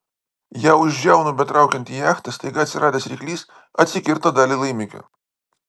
ją už žiaunų betraukiant į jachtą staiga atsiradęs ryklys atsikirto dalį laimikio